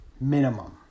Minimum